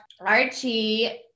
Archie